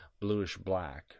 bluish-black